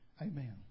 Amen